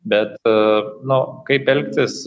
bet e nu kaip elgtis